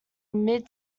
mid